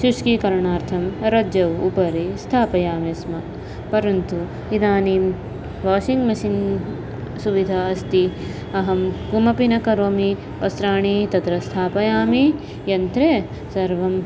शुष्कीकरणार्थं रज्जोः उपरि स्थापयामि स्म परन्तु इदानीं वाषिङ्ग् मषीन् सुविधा अस्ति अहम् किमपि न करोमि वस्त्राणि तत्र स्थापयामि यन्त्रे सर्वम्